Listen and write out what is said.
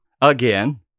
Again